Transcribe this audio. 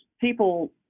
people